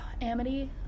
amity